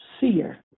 seer